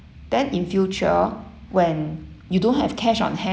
then in future when you don't have cash on hand